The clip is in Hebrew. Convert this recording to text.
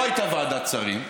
לא הייתה ועדת שרים,